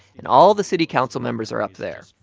and all the city council members are up there,